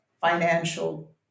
financial